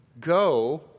Go